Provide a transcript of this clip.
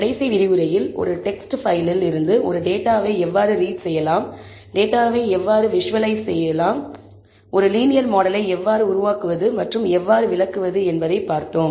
கடைசி விரிவுரையில் ஒரு டெக்ஸ்ட் பைலில் இருந்து ஒரு டேட்டாவை எவ்வாறு ரீட் செய்யலாம் டேட்டாவை எவ்வாறு விஷுவலைஸ் செய்வது ஒரு லீனியர் மாடலை எவ்வாறு உருவாக்குவது மற்றும் எவ்வாறு விளக்குவது என்பதைப் பார்த்தோம்